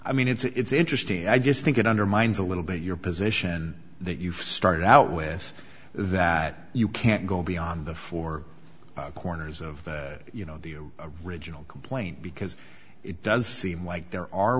mean it's interesting i just think it undermines a little bit your position that you've started out with that you can't go beyond the four corners of the you know the regional complaint because it does seem like there are